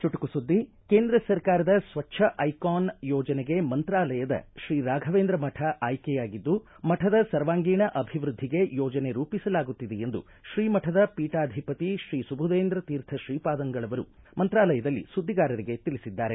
ಚುಟುಕು ಸುದ್ದಿ ಕೇಂದ್ರ ಸರ್ಕಾರದ ಸ್ವಚ್ಹ ಐಕಾನ್ ಯೋಜನೆಗೆ ಮಂತಾಲಯದ ಶ್ರೀ ರಾಘವೇಂದ್ರ ಮಠ ಆಯ್ಲೆಯಾಗಿದ್ದು ಮಠದ ಸರ್ವಾಂಗೀಣ ಅಭಿವೃದ್ಧಿಗೆ ಯೋಜನೆ ರೂಪಿಸಲಾಗುತ್ತಿದೆ ಎಂದು ಶ್ರೀ ಮಠದ ಪೀಠಾಧಿಪತಿ ಶ್ರೀ ಸುಬುಧೇಂದ್ರ ತೀರ್ಥ ಶ್ರೀಪಾದಂಗಳವರು ಮಂತ್ರಾಲಯದಲ್ಲಿ ಸುದ್ದಿಗಾರರಿಗೆ ತಿಳಿಸಿದ್ದಾರೆ